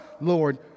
Lord